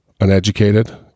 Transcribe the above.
uneducated